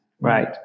right